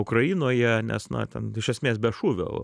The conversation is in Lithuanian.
ukrainoje nes na ten iš esmės be šūvio